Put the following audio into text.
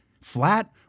flat